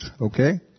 okay